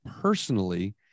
personally